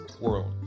world